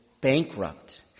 bankrupt